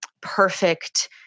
perfect